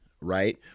right